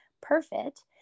perfect